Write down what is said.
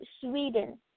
Sweden